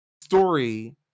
story